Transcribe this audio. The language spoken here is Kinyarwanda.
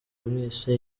yamwise